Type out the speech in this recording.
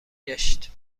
گشت